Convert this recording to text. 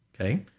Okay